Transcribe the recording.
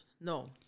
No